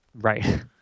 right